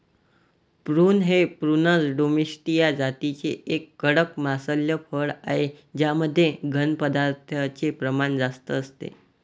prune हे प्रूनस डोमेस्टीया जातीचे एक कडक मांसल फळ आहे ज्यामध्ये घन पदार्थांचे प्रमाण जास्त असते